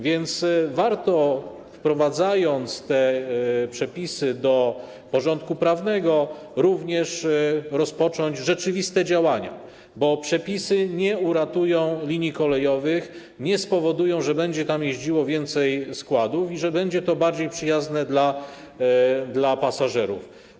Warto zatem, wprowadzając te przepisy do porządku prawnego, rozpocząć również rzeczywiste działania, bo te przepisy nie uratują linii kolejowych, nie spowodują, że będzie jeździło więcej składów i że będzie to bardziej przyjazne dla pasażerów.